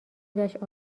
دشت